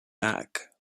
back